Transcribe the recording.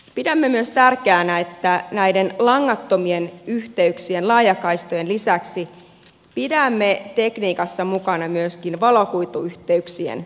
pidämme myös tärkeänä että näiden langattomien yhteyksien laajakaistojen lisäksi pidämme tekniikassa mukana myöskin valokuituyhteyksien rakentamista